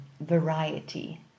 variety